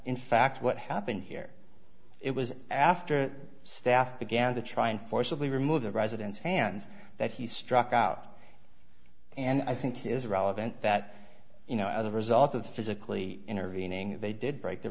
in fact what happened here it was after staff began to try and forcibly remove the residence hands that he struck out and i think it is relevant that you know as a result of physically intervening they did break the